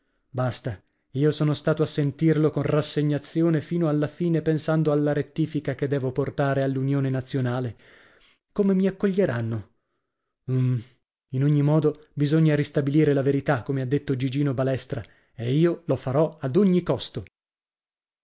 basta io sono stato a sentirlo con rassegnazione fino alla fine pensando alla rettifica che devo portare all'unione nazionale come mi accoglieranno uhm in ogni modo bisogna ristabilire la verità come ha detto gigino balestra e io lo farò ad ogni costo